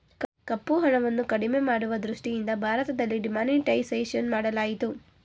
ಕಪ್ಪುಹಣವನ್ನು ಕಡಿಮೆ ಮಾಡುವ ದೃಷ್ಟಿಯಿಂದ ಭಾರತದಲ್ಲಿ ಡಿಮಾನಿಟೈಸೇಷನ್ ಮಾಡಲಾಯಿತು